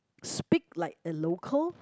speak like a local